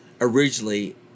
originally